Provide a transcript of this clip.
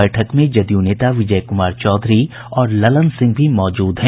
बैठक में जदयू नेता विजय कूमार चौधरी और ललन सिंह भी मौजूद हैं